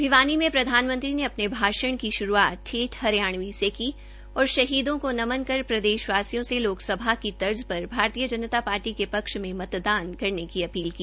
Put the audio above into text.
भिवानी में प्रधानमंत्री ने अपने भाषण की शुरूआत ठेठ हरियाणवी से की और शहीदों को नमन कर प्रदेशवासियों से लोकसभा की तर्ज पर भारतीय जनता पार्टी के पक्ष में मतदान करने की अपील की